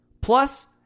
Plus